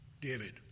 David